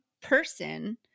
person